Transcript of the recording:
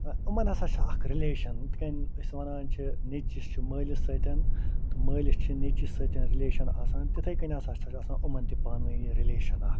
یِمَن ہَسا چھِ اَکھ رِلیشَن یِتھ کنۍ أسۍ وَنان چھِ نیٚچوِس چھِ مٲلِس سۭتۍ تہٕ مٲلِس چھِ نیٚچوِس سۭتۍ رِلیشَن آسان تِتھٔے کٔنۍ ہَسا چھُ آسان یِمن تہٕ پانہٕ وٲنۍ یہِ رِلیشَن اَکھ